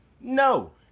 No